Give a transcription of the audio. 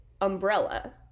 umbrella